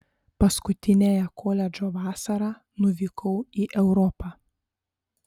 paskutiniąją koledžo vasarą nuvykau į europą